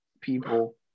people